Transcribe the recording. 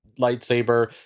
lightsaber